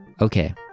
Okay